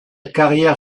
carrière